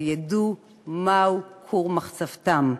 וידעו מהו כור מחצבתם.